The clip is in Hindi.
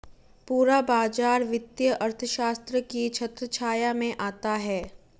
पूरा बाजार वित्तीय अर्थशास्त्र की छत्रछाया में आता है